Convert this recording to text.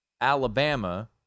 Alabama